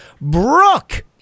Brooke